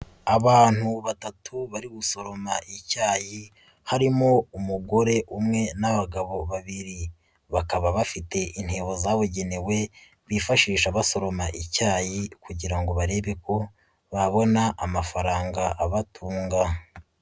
Abantu batatu bari gushoroma icyayi harimo umugore umwe n'abagabo babiri, bakaba bafite intebo zabugenewe bifashisha basoroma icyayi kugira ngo barebe ko babona amafaranga abatunga.